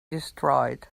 destroyed